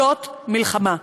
זאת מלחמה.